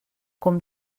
com